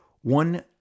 One